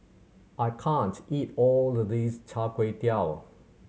I can't eat all of this Char Kway Teow